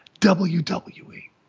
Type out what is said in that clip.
WWE